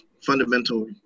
fundamental